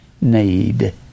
need